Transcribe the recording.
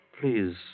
Please